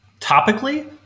Topically